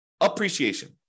appreciation